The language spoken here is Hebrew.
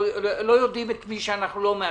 אנחנו לא יודעים את מי שאנחנו לא מאשרים.